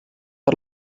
per